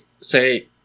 say